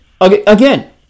again